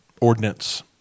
ordinance